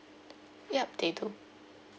yup they do